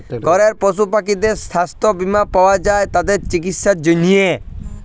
ঘরের পশু পাখিদের ছাস্থ বীমা পাওয়া যায় তাদের চিকিসার জনহে